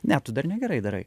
ne tu dar negerai darai